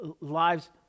lives